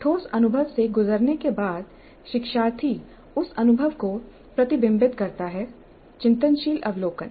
ठोस अनुभव से गुजरने के बाद शिक्षार्थी उस अनुभव को प्रतिबिंबित करता है चिंतनशील अवलोकन